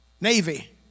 Navy